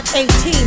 18